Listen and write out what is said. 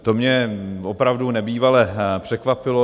To mě opravdu nebývale překvapilo.